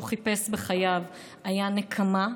שהוא חיפש בחייו היה נקמה.